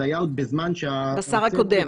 זה היה עוד בזמן ש --- השר הקודם.